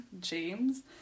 james